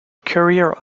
career